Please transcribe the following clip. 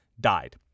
died